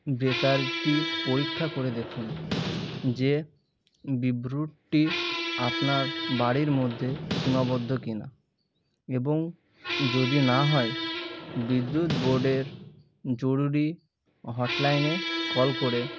ব্রেকারটি পরীক্ষা করে দেখুন যে বিভ্রাটটি আপনার বাড়ির মধ্যে সীমাবদ্ধ কিনা এবং যদি না হয় বিদ্যুৎ বোর্ডের জরুরি হটলাইনে কল করে